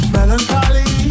Melancholy